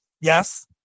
Yes